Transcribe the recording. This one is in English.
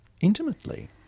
intimately